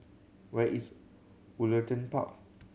where is Woollerton Park